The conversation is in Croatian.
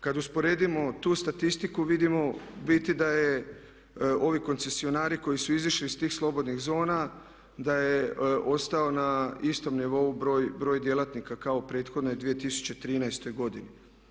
Kad usporedimo tu statistiku vidimo u biti da je ovi koncesionari koji su izašli iz tih slobodnih zona da je ostao na istom nivou broj djelatnika kao prethodne 2013. godine.